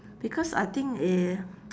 because I think eh